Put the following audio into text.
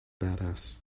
badass